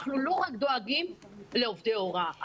אנחנו לא רק דואגים לעובדי הוראה,